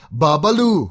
babalu